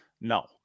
no